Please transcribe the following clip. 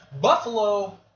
Buffalo –